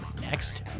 next